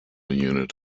unit